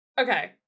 Okay